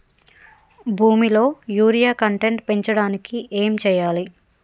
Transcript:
భూమిలో urea content పెంచడానికి ఏం చేయాలి?